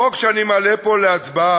החוק שאני מעלה פה להצבעה,